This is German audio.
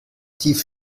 tief